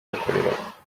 bakoreraga